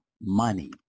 money